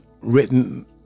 written